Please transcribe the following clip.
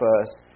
first